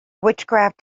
witchcraft